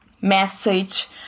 message